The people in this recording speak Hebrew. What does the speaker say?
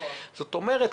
זאת אומרת,